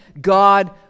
God